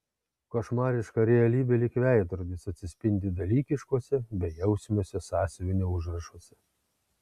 košmariška realybė lyg veidrodis atsispindi dalykiškuose bejausmiuose sąsiuvinio užrašuose